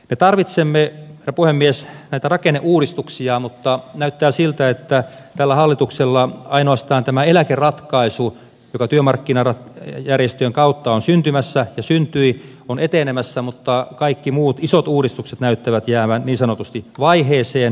me tarvitsemme herra puhemies näitä rakenneuudistuksia mutta näyttää siltä että tällä hallituksella ainoastaan tämä eläkeratkaisu joka työmarkkinajärjestöjen kautta on syntymässä ja syntyi on etenemässä mutta kaikki muut isot uudistukset näyttävät jäävän niin sanotusti vaiheeseen